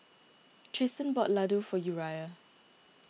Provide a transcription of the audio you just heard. Triston bought Ladoo for Uriah